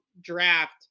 draft